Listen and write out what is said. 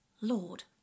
Lord